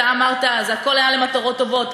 אתה אמרת: זה הכול היה למטרות טובות.